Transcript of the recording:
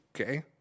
okay